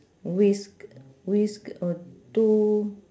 whisk~ whisk~ got two